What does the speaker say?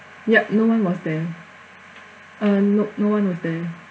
ya no one was there uh nope no one was there